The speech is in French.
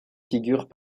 figures